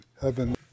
heaven